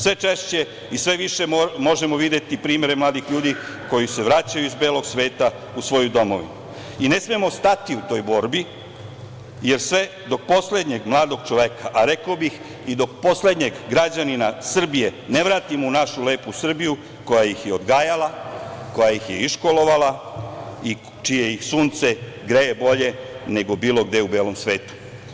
Sve češće i sve više možemo videti primere mladih ljudi koji se vraćaju iz belog sveta u svoju domovinu i ne smemo stati u toj borbi jer sve dok poslednjeg mladog čoveka, a rekao bih i do poslednjeg građanina Srbije, ne vratimo u našu lepu Srbiju koja ih je odgajala, koja ih je iškolovala i čije ih sunce greje bolje nego bilo gde u belom svetu…